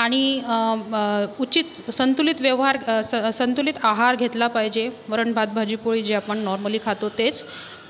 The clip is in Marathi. आणि उचित संतुलित व्यवहार सं संतुलित आहार घेतला पाहिजे वरण भात भाजी पोळी जे आपण नॉर्मली खातो तेच